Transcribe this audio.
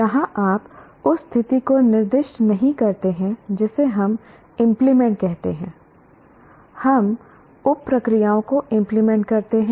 जहाँ आप उस स्थिति को निर्दिष्ट नहीं करते हैं जिसे हम इंप्लीमेंट कहते हैं हम उप प्रक्रियाओं को इंप्लीमेंट करते हैं